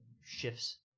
shifts